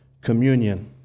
communion